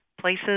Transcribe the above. places